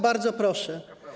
Bardzo proszę.